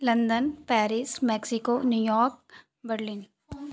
London Paris Mexico New York Berlin